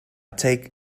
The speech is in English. take